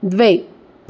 द्वे